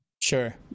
Sure